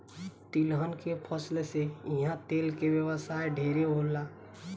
तिलहन के फसल से इहा तेल के व्यवसाय ढेरे होला